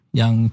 yang